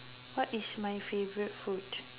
what is my favorite food